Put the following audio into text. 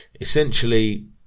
essentially